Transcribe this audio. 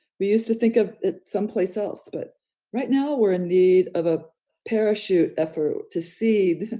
we used to think of it someplace else. but right now we're in need of a parachute effort to see,